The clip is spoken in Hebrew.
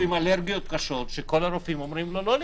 עם אלרגיות מאוד קשות שכל הרופאים אומרים לו לא להתחסן?